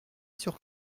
sur